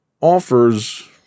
offers